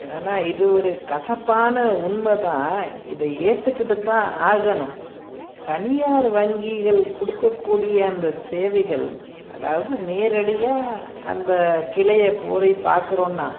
ஆனா இது ஒரு கசப்பான உண்மை தான் இதை ஏற்றுக்கிட்டு தான் ஆகணும் தனியார் வங்கிகள் கொடுக்கக்கூடிய அந்த சேவைகள் அதாவது நேரடியாக அந்த கிளையை போய் பார்க்கறோனா